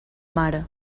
mar